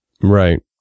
Right